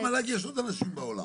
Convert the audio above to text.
חוץ מהמל"ג יש עוד אנשים בעולם.